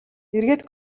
эргээд